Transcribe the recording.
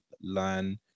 learn